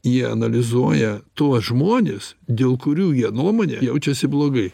jie analizuoja tuos žmones dėl kurių jie nuomone jaučiasi blogai